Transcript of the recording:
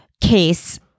case